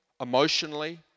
emotionally